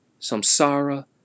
samsara